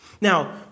Now